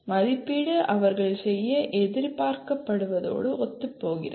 மதிப்பீடு அவர்கள் செய்ய எதிர்பார்க்கப்படுவதோடு ஒத்துப்போகிறது